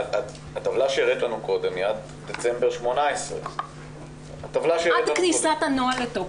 הטבלה שהראית לנו קודם היא עד דצמבר 2018. עד כניסת הנוהל לתוקף.